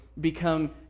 become